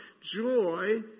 Joy